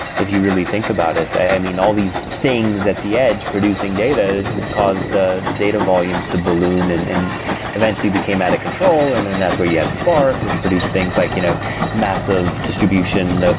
if you really think about it. i mean, all these things at the edge producing data caused the data volumes to balloon and and eventually became out of control and then that's where you had spark, which produce things like you know massive distribution,